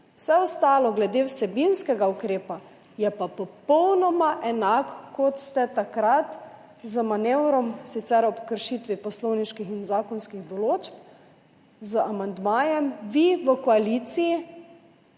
Vse ostalo glede vsebinskega ukrepa je pa popolnoma enako, kot ste takrat z manevrom, sicer ob kršitvi poslovniških in zakonskih določb, z amandmajem vi v koaliciji